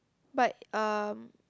but um